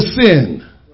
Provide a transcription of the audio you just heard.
sin